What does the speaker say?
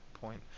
point